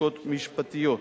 ובדיקות משפטיות.